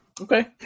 Okay